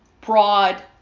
broad